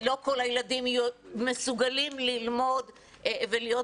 כי לא כל הילדים מסוגלים ללמוד ולהיות